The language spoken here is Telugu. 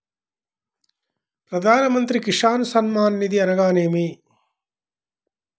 ప్రధాన మంత్రి కిసాన్ సన్మాన్ నిధి అనగా ఏమి?